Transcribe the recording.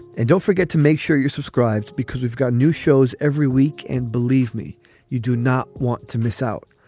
and don't forget to make sure you're subscribed because we've got new shows every week. and believe me, you do not want to miss out.